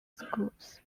schools